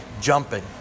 jumping